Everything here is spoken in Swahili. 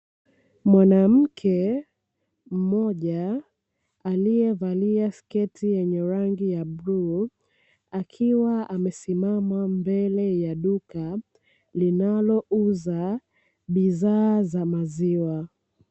Mwanamke mmoja aliyevalia sketi yenye rangi ya bluu, akiwa amesimama mbele ya duka linalouza bidhaa za maziwa.